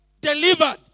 delivered